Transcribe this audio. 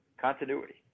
continuity